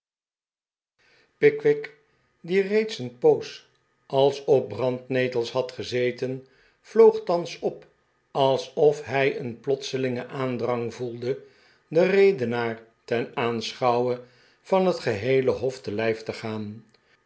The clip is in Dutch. pickwick die reeds een poos als op brandnetels had gezeten vloog thans op alsof hij een plotselingen aandrang voelde den redenaar ten aanschouwe van het geheele hof te lijf te gaan